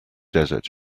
desert